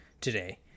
today